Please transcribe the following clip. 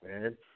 man